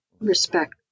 respect